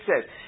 says